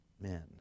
men